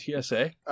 TSA